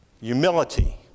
Humility